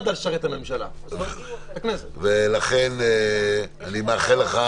אני מאחל לך